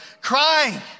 crying